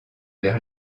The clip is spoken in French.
vers